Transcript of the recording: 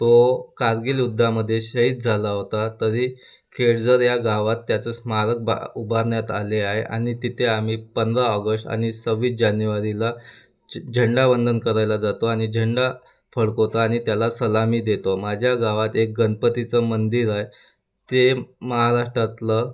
तो कारगिल युद्धामध्ये शहीद झाला होता तरी केळझर या गावात त्याचं स्मारक बा उभारण्यात आले आहे आणि तिथे आम्ही पंधरा ऑगस्ट आणि सव्वीस जानेवारीला झ झेंडावंदन करायला जातो आणि झंडा फडकवतो आणि त्याला सलामी देतो माझ्या गावात एक गणपतीचं मंदिर आहे ते महाराष्ट्रातलं